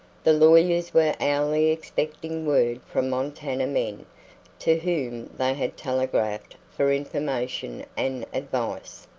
the lawyers were hourly expecting word from montana men to whom they had telegraphed for information and advice.